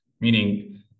Meaning